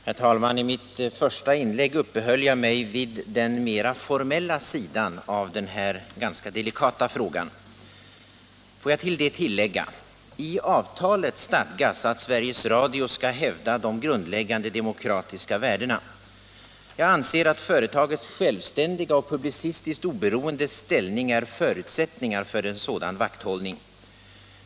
Herr talman! I mitt första inlägg uppehöll jag mig vid den mera formella sidan av denna fråga. Låt mig till det tillägga följande. I avtalet stadgas att Sveriges Radio skall hävda de grundläggande demokratiska värdena. Jag anser att företagets självständiga och publicistiskt oberoende ställning är en förutsättning för en sådan vakthållning.